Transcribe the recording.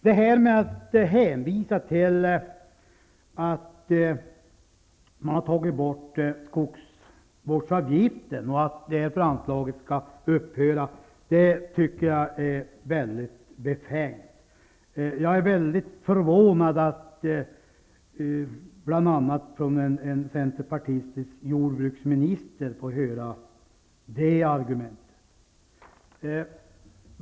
Att hänvisa till att man har tagit bort skogsvårdsavgiften och att därför anslaget skall upphöra, tycker jag är befängt. Jag är väldigt förvånad över att få höra det argumentet från bl.a.